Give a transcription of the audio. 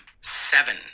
seven